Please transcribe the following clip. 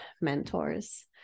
mentors